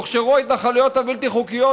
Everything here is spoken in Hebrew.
הוכשרו ההתנחלויות הבלתי-חוקיות,